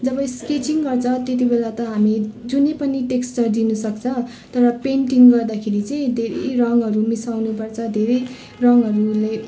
जब sketching गर्छ त्यति बेला त हामी जुनै पनि टेक्सचर दिन सक्छ तर पेन्टिङ गर्दाखेरि चाहिँ धेरै रङ्गहरू मिसाउनु पर्छ धेरै रङ्गहरूले